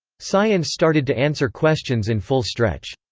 science started to answer questions in full stretch.